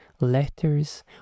letters